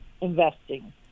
investing